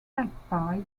bagpipe